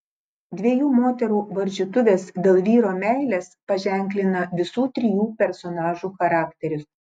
dviejų moterų varžytuvės dėl vyro meilės paženklina visų trijų personažų charakterius